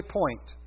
point